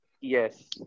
Yes